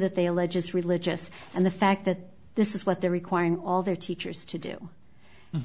that they allege is religious and the fact that this is what they're requiring all their teachers to do